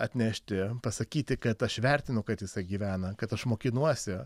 atnešti pasakyti kad aš vertinu kad jisai gyvena kad aš mokinuosi